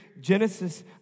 genesis